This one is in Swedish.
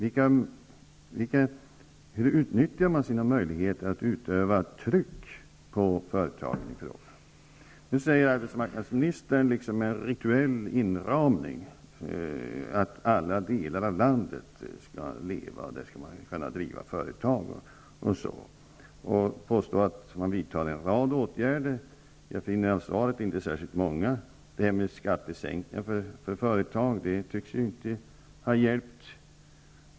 Hur utnyttjar den sina möjligheter att utöva tryck på företagen i fråga? Nu säger arbetsmarknadsministern, liksom en rituell inramning, att alla delar av landet skall leva, där skall man kunna driva företag osv., och han påstår att det vidtas en rad åtgärder. Jag finner av svaret inte särskilt många. Skattesänkningar för företag tycks inte ha hjälpt.